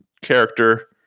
character